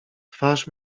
twarz